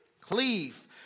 Cleave